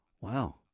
Wow